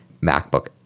MacBook